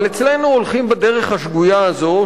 אבל אצלנו הולכים בדרך השגויה הזאת,